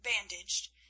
bandaged